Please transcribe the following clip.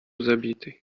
zabity